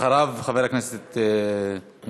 אחריו, חבר הכנסת מוזס.